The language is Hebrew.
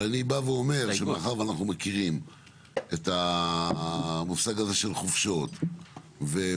אבל אני בא ואומר שמאחר שאנחנו מכירים את המושג הזה של החופשות וחגים,